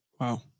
Wow